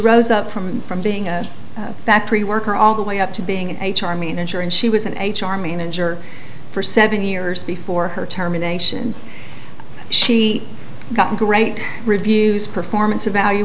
rose up from from being a factory worker all the way up to being a charming ensuring she was an h r manager for seven years before her terminations she got great reviews performance evalu